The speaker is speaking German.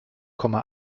komma